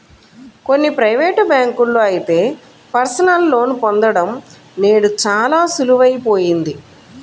కొన్ని ప్రైవేటు బ్యాంకుల్లో అయితే పర్సనల్ లోన్ పొందడం నేడు చాలా సులువయిపోయింది